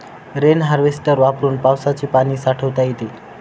rain harvester वापरून पावसाचे पाणी साठवता येते